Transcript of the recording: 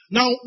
Now